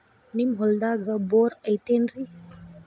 ನಿಮ್ಮ ಹೊಲ್ದಾಗ ಬೋರ್ ಐತೇನ್ರಿ?